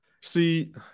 See